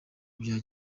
bya